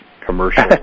commercial